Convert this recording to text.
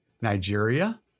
Nigeria